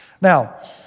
Now